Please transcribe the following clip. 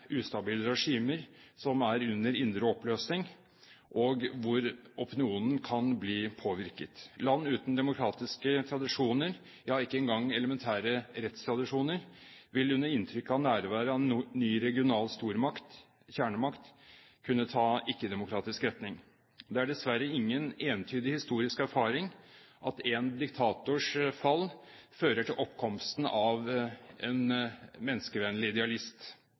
ustabile regimer som er under indre oppløsning, og hvor opinionen kan bli påvirket. Land uten demokratiske tradisjoner, ja, ikke engang elementære rettstradisjoner, vil under inntrykk av nærværet av ny regional kjernemakt kunne ta ikke-demokratisk retning. Det er dessverre ingen entydig historisk erfaring at én diktators fall fører til oppkomsten av en menneskevennlig idealist.